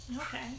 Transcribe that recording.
Okay